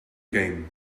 game